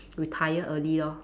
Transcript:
retire early lor